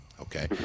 Okay